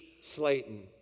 Slayton